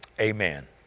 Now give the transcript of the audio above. amen